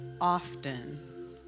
often